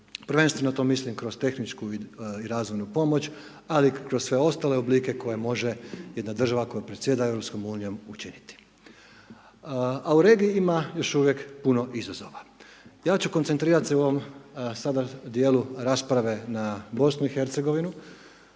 Prvenstveno to mislim kroz tehničku i razvoju pomoć, ali i kroz sve ostale oblike koje može jedna država koja predsjeda Europskom unijom učiniti. A u regiji ima još uvijek puno izazova ja ću koncentrirat se u ovom sada dijelu rasprave na BiH, a u